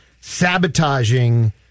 sabotaging